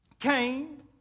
Cain